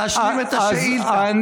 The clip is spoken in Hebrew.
להשלים את השאילתה.